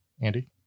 andy